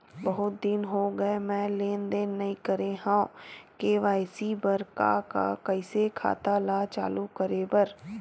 बहुत दिन हो गए मैं लेनदेन नई करे हाव के.वाई.सी बर का का कइसे खाता ला चालू करेबर?